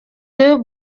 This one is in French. deux